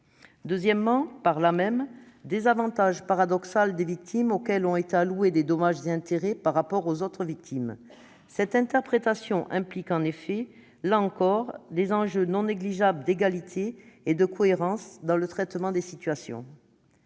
conséquent, un désavantage paradoxal des victimes auxquelles ont été alloués des dommages et intérêts par rapport aux autres victimes. Cette interprétation soulève ainsi des questions non négligeables d'égalité et de cohérence dans le traitement des situations.